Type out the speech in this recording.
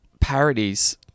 parodies